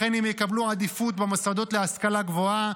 לכן הם יקבלו עדיפות במוסדות להשכלה גבוהה,